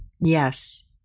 Yes